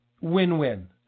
win-win